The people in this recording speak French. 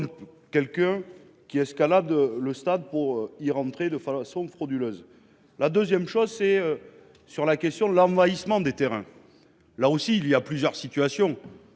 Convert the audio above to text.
quelqu'un qui escalade. Le stade pour y rentrer de façon frauduleuse. La 2ème chose c'est. Sur la question de l'envahissement du terrain. Là aussi il y a plusieurs situations.